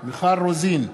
מיכל רוזין,